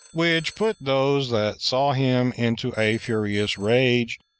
which put those that saw him into a furious rage,